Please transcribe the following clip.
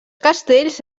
castells